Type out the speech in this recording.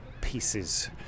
pieces